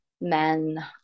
men